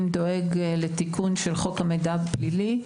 דואג לתיקון של חוק המידע הפלילי,